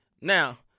Now